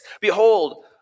Behold